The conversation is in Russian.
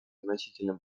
значительным